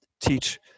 teach